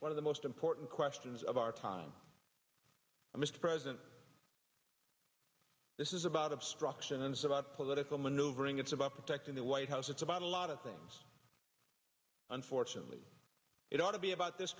one of the most important questions of our time mr president this is about obstruction is about political maneuvering it's about protecting the white house it's about a lot of things unfortunately it ought to be about this